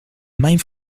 mijn